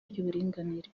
ry’uburinganire